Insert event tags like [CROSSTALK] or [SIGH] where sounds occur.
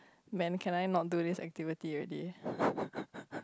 man can I not do this activity already [LAUGHS]